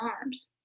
arms